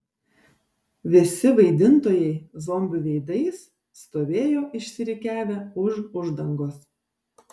visi vaidintojai zombių veidais stovėjo išsirikiavę už uždangos